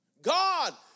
God